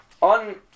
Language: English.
on